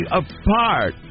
apart